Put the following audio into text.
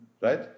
right